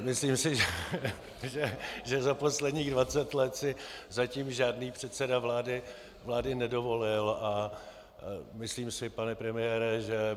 Myslím si, že za posledních 20 let si zatím žádný předseda vlády nedovolil, a myslím si, pane premiére, že